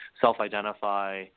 self-identify